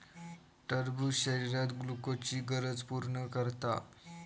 टरबूज शरीरात ग्लुकोजची गरज पूर्ण करता